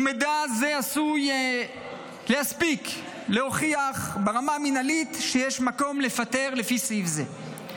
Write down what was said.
ומידע זה עשוי להספיק להוכיח ברמה המינהלית שיש מקום לפטר לפי סעיף זה.